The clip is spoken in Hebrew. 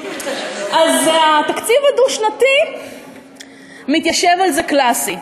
אז התקציב הדו-שנתי מתיישב על זה קלאסי.